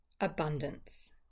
abundance